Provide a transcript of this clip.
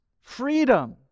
freedom